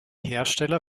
hersteller